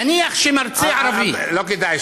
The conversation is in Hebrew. נניח שמרצה ערבי --- לא כדאי.